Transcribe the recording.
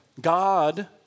God